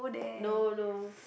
no no